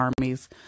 armies